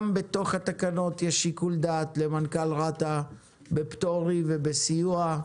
גם בתוך התקנות יש שיקול דעת למנכ"ל רת"א בפטורים ובסיוע.